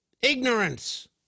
Ignorance